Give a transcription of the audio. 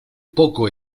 poco